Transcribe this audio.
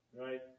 Right